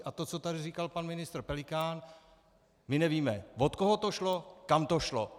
A to, co tady říkal pan ministr Pelikán my nevíme, od koho to šlo, kam to šlo.